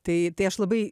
tai tai aš labai